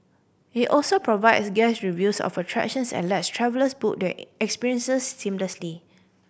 it also provides guest reviews of attractions and lets travellers book their experiences seamlessly